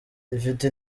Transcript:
rifite